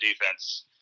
defense